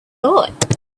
thought